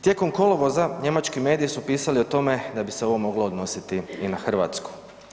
Tijekom kolovoza njemački mediji su pisali o tome da bi se ovo moglo odnositi i na Hrvatsku.